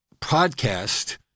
podcast